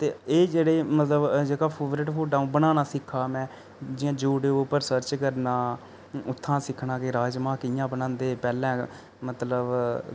ते जेह्ड़े मतलब जेह्का फेवरेट फूड बनाना सिक्खे दा में जि'यां यूटयूब उप्पर सर्च करना उत्थुआं सिक्खना कि राजमां कि'यां बनांदे पैह्लै मतलब गालना